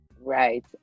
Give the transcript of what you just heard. right